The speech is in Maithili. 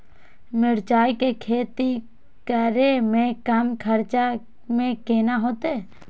मिरचाय के खेती करे में कम खर्चा में केना होते?